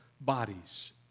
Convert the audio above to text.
bodies